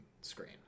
screen